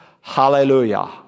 hallelujah